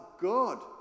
God